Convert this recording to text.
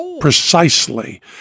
precisely